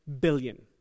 billion